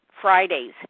Fridays